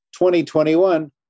2021